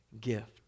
gift